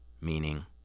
meaning